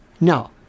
No